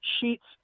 sheets